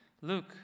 Look